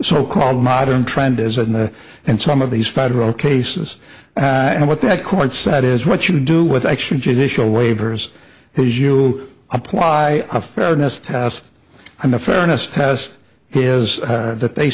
so called modern trend is and and some of these federal cases and what that court said is what you do with actual judicial waivers has you apply a fairness test and the fairness test is that they